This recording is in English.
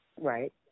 Right